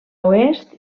oest